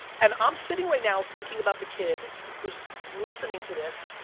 and i'm sitting right now, thinking about the kid who's listening to this.